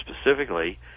specifically